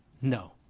No